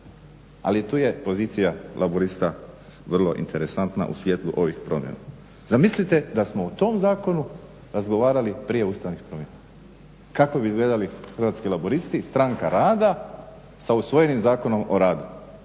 ali tu je pozicija Laburista vrlo interesantna u svjetlu ovih promjena. Zamislite da smo o tom zakonu razgovarali prije ustavnih promjena kako bi izgledali Hrvatski laburisti – Stranka rada sa usvojenim Zakonom o radu,